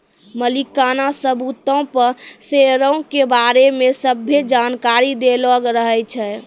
मलिकाना सबूतो पे शेयरो के बारै मे सभ्भे जानकारी दैलो रहै छै